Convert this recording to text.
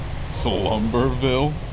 Slumberville